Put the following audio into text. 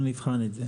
נבחן את זה.